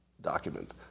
document